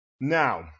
Now